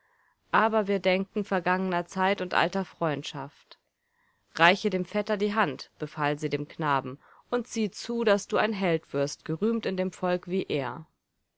aber wir denken vergangener zeit und alter freundschaft reiche dem vetter die hand befahl sie dem knaben und siehe zu daß du ein held wirst gerühmt in dem volk wie er